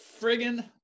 friggin